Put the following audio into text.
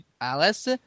Alice